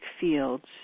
fields